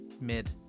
mid